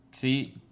See